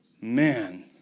man